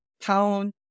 pound